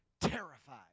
terrified